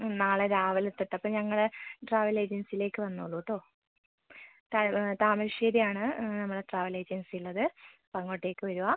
നാളെ രാവിലെ തൊട്ട് അപ്പം ഞങ്ങൾ ട്രാവൽ ഏജൻസിയിലേക്ക് വന്നോളൂട്ടോ താമരശ്ശേരി ആണ് നമ്മളുടെ ട്രാവൽ ഏജൻസി ഉള്ളത് അപ്പം അങ്ങോട്ടേക്ക് വരുമോ